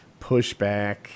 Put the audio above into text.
pushback